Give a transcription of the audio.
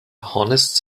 honest